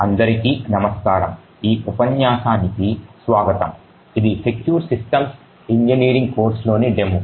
అందరికీ నమస్కారం ఈ ఉపన్యాసానికి స్వాగతం ఇది సెక్యూర్ సిస్టమ్స్ ఇంజనీరింగ్ కోర్సులోని డెమో